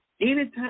Anytime